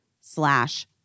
slash